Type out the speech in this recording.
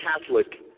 Catholic